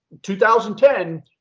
2010